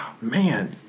Man